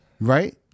right